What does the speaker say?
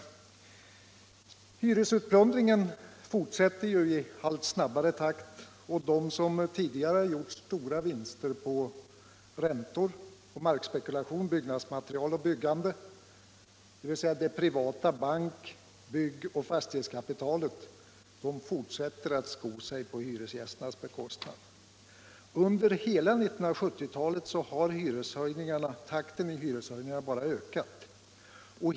51 Hyresutplundringen fortsätter i allt snabbare takt, och de som tidigare har gjort stora vinster på räntor, markspekulation, byggnadsmaterial och byggande — dvs. det privata bank-, byggoch fastighetskapitalet — fortsätter att sko sig på hyresgästernas bekostnad. Under hela 1970-talet har takten i hyreshöjningarna bara ökat.